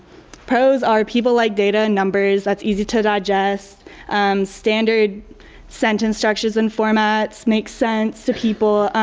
pros are people like data and numbers, that's easy to digest and standard sentence structures and formats make sense to people.